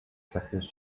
seconds